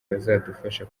bazadufasha